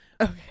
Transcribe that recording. Okay